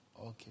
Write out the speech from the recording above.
Okay